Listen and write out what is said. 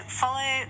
follow